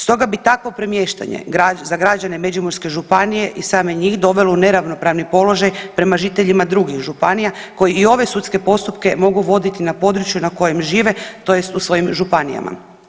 Stoga bi takvo premještanje za građane Međimurske županije i same njih dovelo u neravnopravni položaj prema žiteljima drugih županija koji i ove sudske postupke mogu voditi na području na kojem žive tj. u svojim županijama.